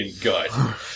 gut